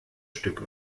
stücke